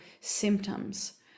symptoms